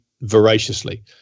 voraciously